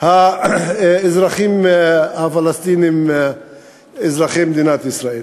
האזרחים הפלסטינים אזרחי מדינת ישראל.